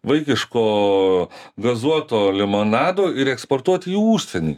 vaikiško gazuoto limonado ir eksportuoti į užsienį